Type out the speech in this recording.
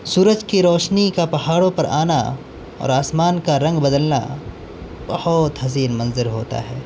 سورج کی روشنی کا پہاڑوں پر آنا اور آسمان کا رنگ بدلنا بہت حسین منظر ہوتا ہے